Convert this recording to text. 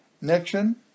Nixon